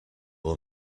will